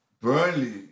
Burnley